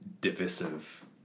divisive